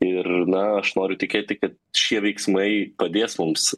ir na aš noriu tikėti kad šie veiksmai padės mums